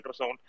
ultrasound